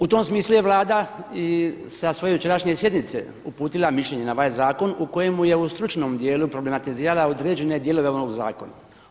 U tom smislu je Vlada sa svoje jučerašnje sjednice uputila mišljenje na ovaj zakon u kojem je u stručnom dijelu problematizirala određene dijelove ovog zakona.